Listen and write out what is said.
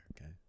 okay